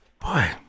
Boy